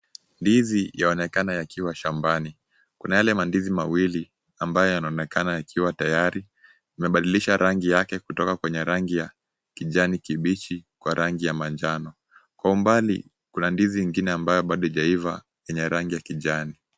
Ndizi yaonekana yakiwa shambani. Kuna yale mandizi mawili ambaye yanonekana yakiwa tayari. Imebadilisha rangi yake kutoka kwenye rangi ya kijani kibichi kuwa rangi ya manjano. Kwa umbali kuna ndizi ingine ambayo bado haijaiva yenye rangi ya kijani.